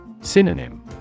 Synonym